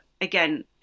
again